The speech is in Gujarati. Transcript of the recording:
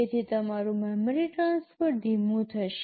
તેથી તમારું મેમરી ટ્રાન્સફર ધીમું થશે